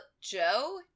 Joe